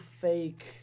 fake